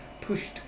pushed